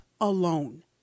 alone